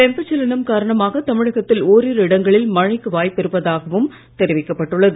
வெப்பச்சலனம் காரணமாக தமிழகத்தில் ஓரிரு இடங்களில் மழைக்கு வாய்ப்பு இருப்பதாகவும் தெரிவிக்கப்பட்டுள்ளது